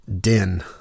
Den